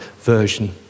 Version